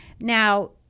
now